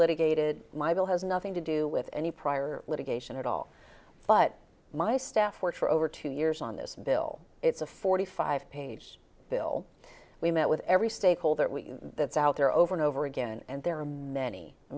litigated my bill has nothing to do with any prior litigation at all but my staff worked for over two years on this bill it's a forty five page bill we met with every stakeholder that's out there over and over again and there are many i